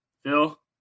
Phil